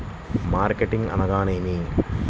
Marketing అనగానేమి?